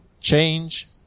change